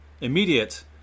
immediate